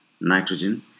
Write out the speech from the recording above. Nitrogen